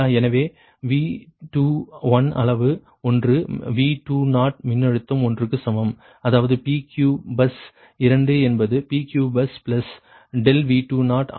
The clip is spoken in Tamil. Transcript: எனவே V2அளவு ஒன்று V2 மின்னழுத்தம் ஒன்றுக்கு சமம் அதாவது PQ பஸ் 2 என்பது PQ பஸ் பிளஸ் ∆V2 ஆகும்